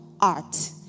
art